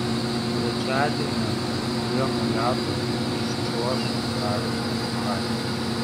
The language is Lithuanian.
trečiadienį ant elektrėnų ledo iščiuoš darius kasparaitis